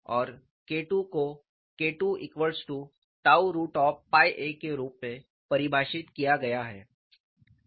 और KII को KII𝛕a रूप में परिभाषित किया गया है